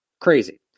Crazy